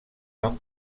van